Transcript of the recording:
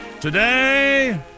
today